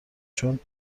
چون